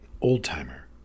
old-timer